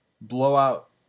blowout